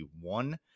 one